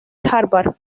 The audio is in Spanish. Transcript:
harvard